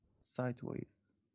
sideways